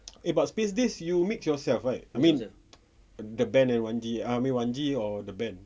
eh but spacedays you mix yourself right I mean that band and wan G I mean wan G or the band